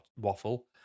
waffle